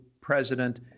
president